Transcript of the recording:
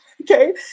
Okay